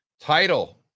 Title